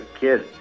kid